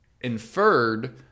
inferred